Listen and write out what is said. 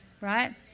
Right